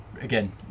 again